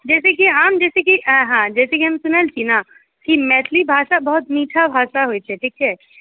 जैसेकि हम जैसेकि हँ जैसेकि हम सुनल छी नहि कि मैथिली भाषा बहुत मीठा भाषा होइत छै ठीक छै